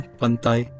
pantai